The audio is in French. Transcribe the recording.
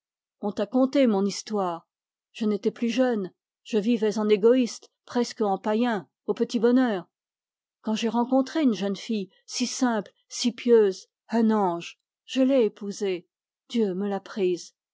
on t'a conté mon histoire je n'étais plus jeune je vivais en égoïste presque en païen quand j'ai rencontré une jeune fille si simple si pieuse un ange je l'ai épousée dieu me l'a prise